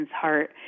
heart